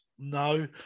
No